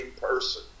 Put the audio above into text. person